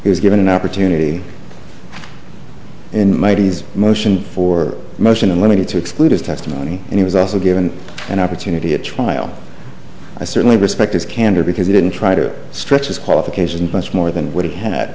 he was given an opportunity in my days motion for motion in limine to exclude his testimony and he was also given an opportunity at trial i certainly respect his candor because he didn't try to stretch his qualifications much more than what he had